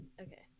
Okay